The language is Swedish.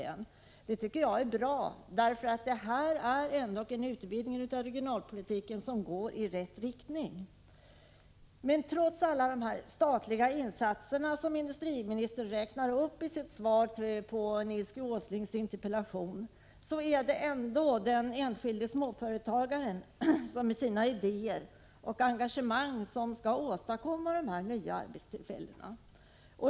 Det tycker 1 april 1986 jag är bra, därför att detta är ändå en utvidgning av regionalpolitiken som går i rätt riktning. Men trots alla de statliga insatser som industriministern räknar SR SE upp i sitt svar på Nils G. Åslings interpellation är det ändå den enskilde 5 8 småföretagaren som med sina idéer och sitt engagemang skall åstadkomma i Norrlands dessa nya arbetstillfällen.